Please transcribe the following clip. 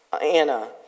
Anna